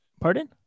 pardon